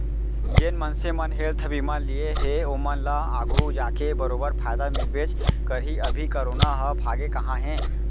जेन मनसे मन हेल्थ बीमा लिये हें ओमन ल आघु जाके बरोबर फायदा मिलबेच करही, अभी करोना ह भागे कहॉं हे?